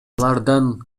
алардан